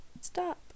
Stop